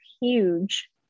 huge